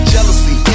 Jealousy